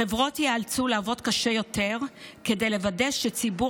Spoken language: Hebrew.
חברות ייאלצו לעבוד קשה יותר כדי לוודא שציבור